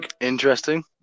Interesting